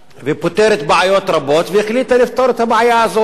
ופותרת בעיות רבות, והחליטה לפתור את הבעיה הזאת.